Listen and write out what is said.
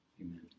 amen